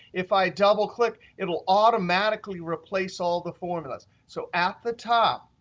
if i double click, it will automatically replace all the formulas. so at the top,